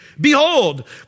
behold